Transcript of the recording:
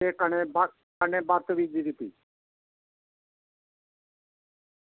ते कन्नै बदतमीजी कीती